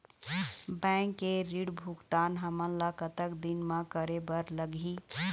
Bank के ऋण भुगतान हमन ला कतक दिन म करे बर लगही?